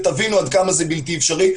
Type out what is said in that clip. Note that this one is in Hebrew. כך תבינו עד כמה זה בלתי אפשרי.